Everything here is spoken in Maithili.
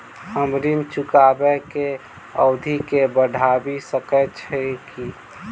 हम ऋण चुकाबै केँ अवधि केँ बढ़ाबी सकैत छी की?